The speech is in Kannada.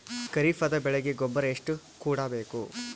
ಖರೀಪದ ಬೆಳೆಗೆ ಗೊಬ್ಬರ ಎಷ್ಟು ಕೂಡಬೇಕು?